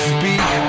Speak